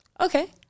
Okay